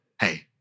hey